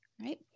right